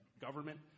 government